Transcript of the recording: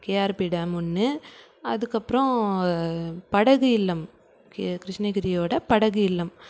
K R P dam ஒன்று அதுக்கப்புறம் படகு இல்லம் கிருஷ்ணகிரியோட படகு இல்லம்